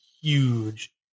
huge